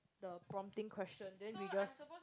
the prompting question then we just